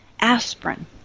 aspirin